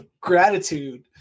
gratitude